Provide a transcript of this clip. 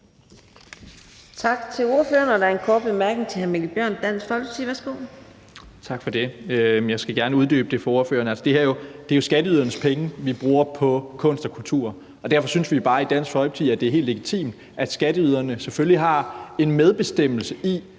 Tak til ordføreren. Der er en kort bemærkning til hr. Mikkel Bjørn, Dansk Folkeparti. Værsgo. Kl. 20:27 Mikkel Bjørn (DF): Tak for det. Jeg skal gerne uddybe det for ordføreren. Altså, det er jo skatteydernes penge, vi bruger på kunst og kultur, og derfor synes vi bare i Dansk Folkeparti, at det er helt legitimt, at skatteyderne selvfølgelig har en medbestemmelse,